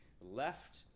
left